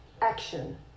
Action